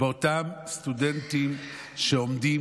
באותם סטודנטים שעומדים